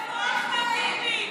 היא מדברת ברבים.